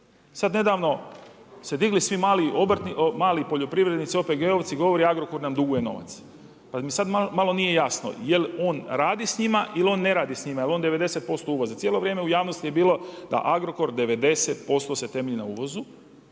Sad nedavno se digli mali poljoprivrednici, OPG-ovci, govori Agrokor nam duguje novac. Pa mi sad malo nije jasno jel' on radi s njima ili on ne radi s njima, jer on 90% uvozi. Cijelo vrijeme u javnosti je bilo da Agrokor 90% se temelji na uvozu.